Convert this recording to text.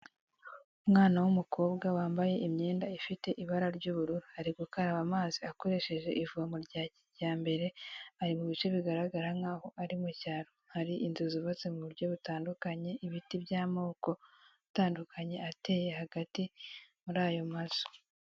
Uumwana w'umukobwa wambaye imyenda ifite ibara ry'ubururu ari gukaraba amazi akoresheje ivomo rya kijyambere, ari mu bice bigaragara nkaho ari mu cyaro, hari inzu zubatse mu buryo butandukanye ibiti by'amoko atandukanye ateye hagati muri ayo mazu